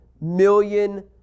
million